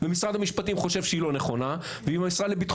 ומשרד המשפטים חושב שהיא לא נכונה ואם המשרד לביטחון